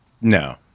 no